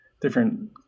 different